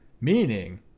meaning